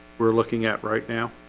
we're looking at right now